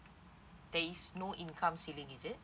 that is no income ceiling is it